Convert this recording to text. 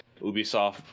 Ubisoft